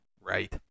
right